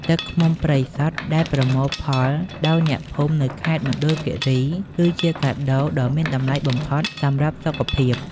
ទឹកឃ្មុំព្រៃសុទ្ធដែលប្រមូលផលដោយអ្នកភូមិនៅខេត្តមណ្ឌលគិរី គឺជាកាដូដ៏មានតម្លៃបំផុតសម្រាប់សុខភាព។